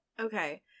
Okay